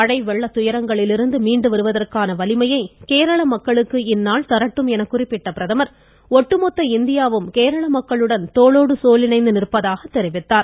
மழை வெள்ள துயரங்களிலிருந்து மீண்டு வருவதற்கான வலிமையை கேரள மக்களுக்கு இந்நாள் தரட்டும் என குறிப்பிட்ட பிரதமர் ஒட்டுமொத்த இந்தியாவும் கேரள மக்களுடன் தோளோடு தோள் இணைந்து நிற்பதாக தெரிவித்தார்